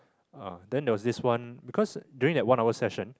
uh then there was this one because during the one hour session